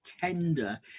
tender